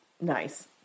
Nice